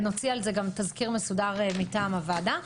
ונוציא על זה גם תזכיר מסודר מטעם הוועדה.